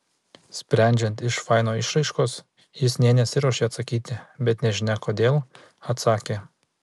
sprendžiant iš faino išraiškos jis nė nesiruošė atsakyti bet nežinia kodėl atsakė